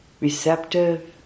receptive